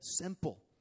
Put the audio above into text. simple